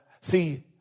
See